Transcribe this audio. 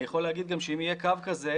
אני יכול להגיד גם שאם יהיה קו כזה,